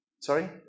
sorry